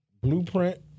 Blueprint